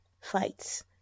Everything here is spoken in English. fights